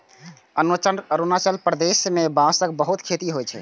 अरुणाचल प्रदेश मे बांसक बहुत खेती होइ छै